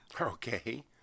Okay